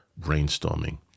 brainstorming